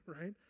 Right